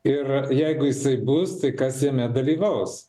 ir jeigu jisai bus tai kas jame dalyvaus